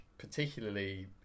particularly